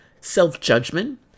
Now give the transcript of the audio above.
self-judgment